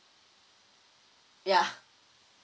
yeah